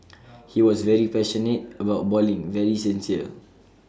he was very passionate about bowling very sincere